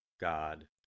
God